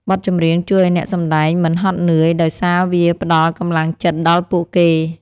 បទចម្រៀងជួយឱ្យអ្នកសម្ដែងមិនហត់នឿយ ដោយសារវាផ្ដល់កម្លាំងចិត្តដល់ពួកគេ។